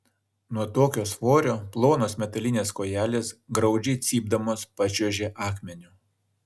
nuo tokio svorio plonos metalinės kojelės graudžiai cypdamos pačiuožė akmeniu